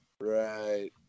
Right